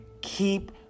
keep